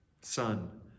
Son